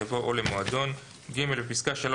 "למטווח" יבוא "או למועדון"; (ג)בפסקה (3),